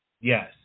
yes